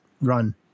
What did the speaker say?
run